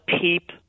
peep